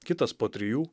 kitas po trijų